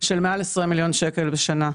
של מעל עשרים מיליון שקלים בשנה.